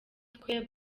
twe